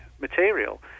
material